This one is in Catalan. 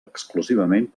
exclusivament